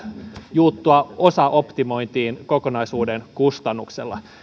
juuttua osaoptimointiin kokonaisuuden kustannuksella